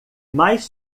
mais